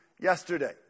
yesterday